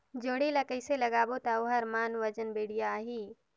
जोणी ला कइसे लगाबो ता ओहार मान वजन बेडिया आही?